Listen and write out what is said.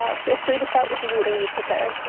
ah feel free to start with the reading you've prepared.